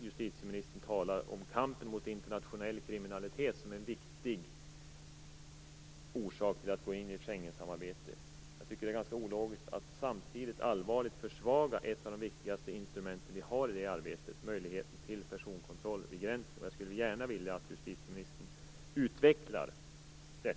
Justitieministern talar om kampen mot internationell kriminalitet som en viktig orsak för att gå in i Schengensamarbetet. Det är ologiskt att samtidigt allvarligt försvaga ett av de viktigaste instrument vi har i det arbetet, möjligheten till personkontroll vid gränsen. Jag skulle gärna vilja att justitieministern utvecklar det.